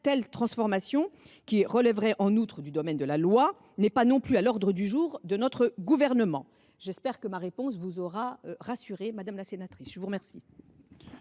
telle transformation, qui relèverait en outre du domaine de la loi, n’est pas non plus à l’ordre du jour du Gouvernement. J’espère que cette réponse vous aura rassurée, madame la sénatrice. La parole